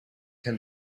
can